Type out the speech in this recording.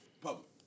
public